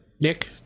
Nick